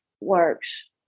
works